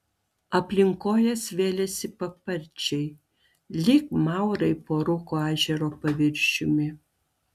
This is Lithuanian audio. aplink kojas vėlėsi paparčiai lyg maurai po rūko ežero paviršiumi